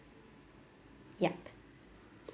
yup